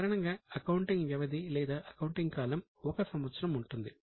సాధారణంగా అకౌంటింగ్ వ్యవధి లేదా అకౌంటింగ్ కాలం 1 సంవత్సరం ఉంటుంది